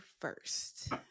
first